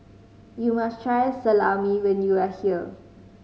you must try Salami when you are here